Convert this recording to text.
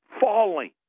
falling